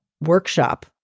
workshop